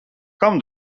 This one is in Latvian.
kam